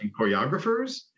choreographers